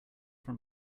from